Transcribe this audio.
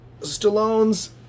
Stallone's